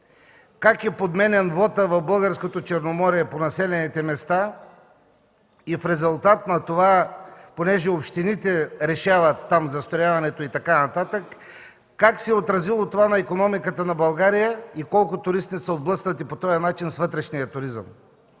населените места на българското Черноморие и в резултат на това, понеже общините решават там застрояването и така нататък, как се е отразило това на икономиката на България, колко туристи са отблъснати по този начин – с вътрешния туризъм?